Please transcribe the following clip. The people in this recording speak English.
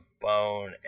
bone